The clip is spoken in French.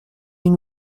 une